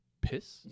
piss